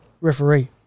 referee